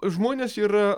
žmonės yra